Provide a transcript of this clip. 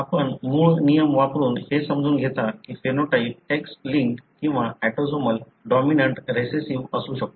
आपण मूळ नियम वापरून हे समजून घेता की फेनोटाइप X लिंक्ड किंवा ऑटोसोमल डॉमिनंट रिसेसिव्ह असू शकतो